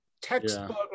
textbook